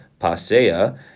Pasea